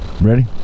Ready